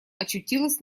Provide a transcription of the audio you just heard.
очутилась